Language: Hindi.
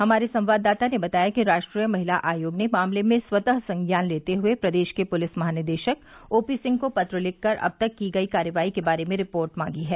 हमारे संवाददाता ने बताया कि राष्ट्रीय महिला आयोग ने मामले में स्वतः संज्ञान लेते हुए प्रदेश के पुलिस महानिदेशक ओपी सिंह को पत्र लिखकर अब तक की गयी कार्रवाई के बारे में रिपोर्ट मांगी है